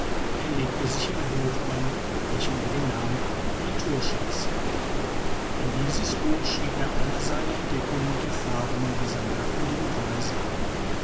er legte sich ein buch an welchem er den namen naturschatz gab in dieses buch schrieb er alle seine entdeckungen und erfahrungen dieser merkwürdigen reise